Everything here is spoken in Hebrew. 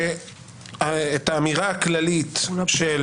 נקבע שאת האמירה הכללית של